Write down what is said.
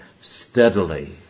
steadily